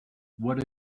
what